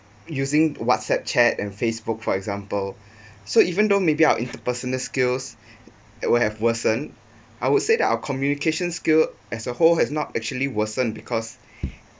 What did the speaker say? using WhatsApp chat and Facebook for example so even though maybe our interpersonal skills will have worsen I would say that our communication skill as a whole has not actually worsen because